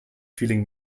feeling